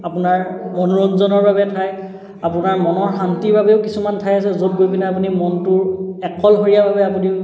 আপোনাৰ মনোৰঞ্জনৰ বাবে ঠাই আপোনাৰ মনৰ শান্তিৰ বাবেও কিছুমান ঠাই আছে য'ত গৈ পিনে আপুনি মনটোৰ অকলশৰীয়া বাবে আপুনি